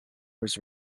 was